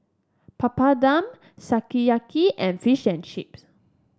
Papadum Sukiyaki and Fish and Chips